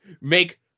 make